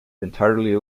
entirely